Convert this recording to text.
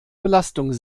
belastung